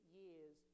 years